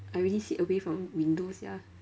I already sit away from window sia